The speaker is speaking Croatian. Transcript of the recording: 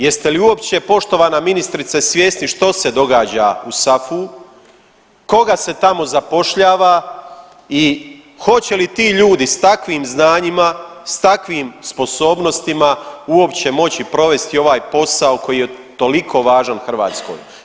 Jeste li uopće poštovana ministrice svjesni što se događa u SAFU-u, koga se tamo zapošljava i hoće li ti ljudi s takvim znanjima, s takvim sposobnostima uopće moći provesti ovaj posao koji je toliko važan Hrvatskoj.